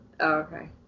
okay